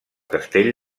castell